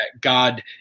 God